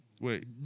wait